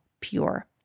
pure